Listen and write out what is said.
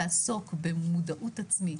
תעסוק במודעות עצמית,